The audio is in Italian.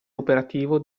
operativo